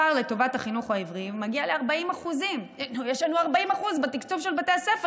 הפער לטובת החינוך העברי מגיע ל-40% יש לנו 40% בתקצוב של בתי הספר.